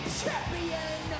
champion